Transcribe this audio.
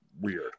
weird